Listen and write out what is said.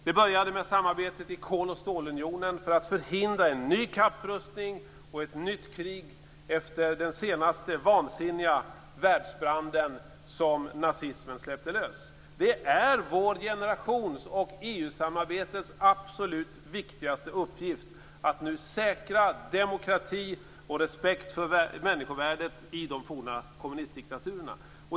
Det började med samarbetet i Kol och stålunionen för att förhindra en ny kapprustning och ett nytt krig efter den senaste vansinniga världsbranden som nazismen släppte lös. Det är vår generations och EU-samarbetets absolut viktigaste uppgift att nu säkra demokrati och respekt för människovärdet i de forna kommunistdiktaturerna.